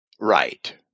right